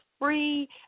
free